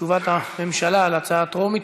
תשובת הממשלה על ההצעה הטרומית,